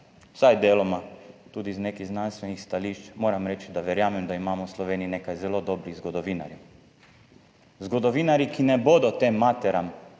vsaj deloma tudi iz nekih znanstvenih stališč, moram reči, da verjamem, da imamo v Sloveniji nekaj zelo dobrih zgodovinarjev, ki ne bodo mogli tem materam